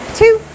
two